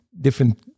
different